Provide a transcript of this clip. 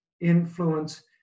influence